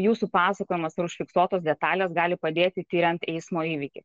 jūsų pasakojimas ir užfiksuotos detalės gali padėti tiriant eismo įvykį